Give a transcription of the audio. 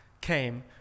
came